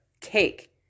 Cake